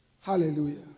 Hallelujah